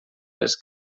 les